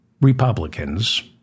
Republicans